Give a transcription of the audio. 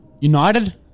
United